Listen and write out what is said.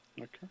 Okay